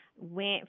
went